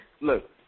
look